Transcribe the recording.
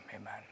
Amen